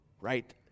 Right